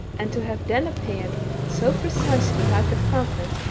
and to have then appeared so precisely like a falcon,